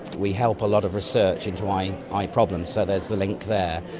we help a lot of research into eye eye problems, so there is the link there.